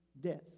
death